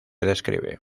describe